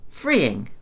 freeing